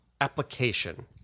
application